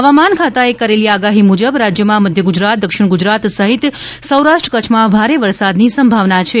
હવામાન ખાતાએ કરેલી આગાહી મુજબ રાજ્યમાં મધ્યગુજરાત દક્ષિણ ગુજરાત સહિત સૌરાષ્ટ્ર કચ્છમાં ભારે વરસાદની સંભાવના છે